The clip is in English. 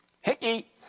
Hickey